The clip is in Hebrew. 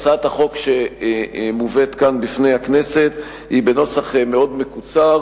הצעת החוק שמובאת כאן בפני הכנסת היא בנוסח מאוד מקוצר,